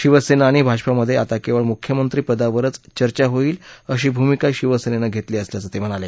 शिवसेना आणि भाजपामधे आता केवळ मुख्यमंत्री पदावरच चर्चा होईल अशी भुमिका शिवसेनेनं घेतली असल्याचं ते म्हणाले